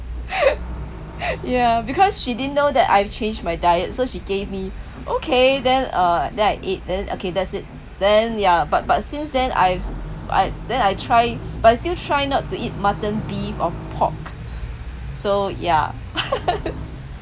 ya because she didn't know that I've changed my diet so she gave me okay then uh then I ate then okay that's it then yeah but but since then I've I then I try but I still try not to eat mutton beef or pork so ya